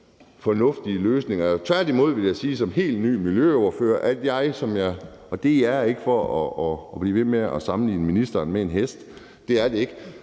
fornuftige løsninger. Tværtimod vil jeg sige som helt ny miljøordfører, at – og det er ikke for at blive ved med at sammenligne ministeren med en hest, det er det ikke